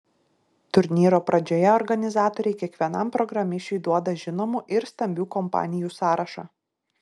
turnyro pradžioje organizatoriai kiekvienam programišiui duoda žinomų ir stambių kompanijų sąrašą